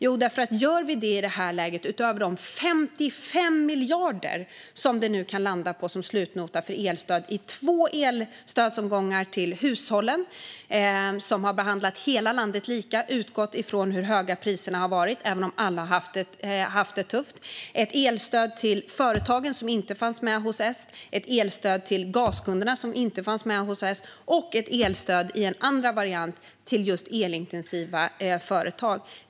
Jo, därför att vi inte vill göra det i detta läge - utöver de 55 miljarder som det nu kan landa på som slutnota för elstöd i två elstödsomgångar till hushållen där hela landet har behandlats lika och man har utgått från hur höga priserna har varit, även om alla har haft det tufft. Vi har ett elstöd till företagen som inte fanns med hos S, ett elstöd till gaskunderna som inte fanns med hos S och ett elstöd i en andra variant till just elintensiva företag.